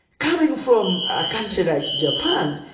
coming from a country like japan,